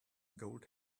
gold